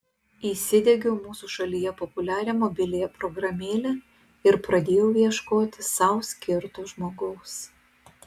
įsidiegiau mūsų šalyje populiarią mobiliąją programėlę ir pradėjau ieškoti sau skirto žmogaus